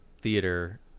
theater